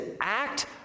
act